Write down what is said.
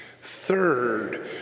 Third